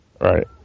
Right